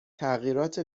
تغییرات